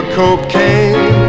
cocaine